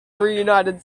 reunited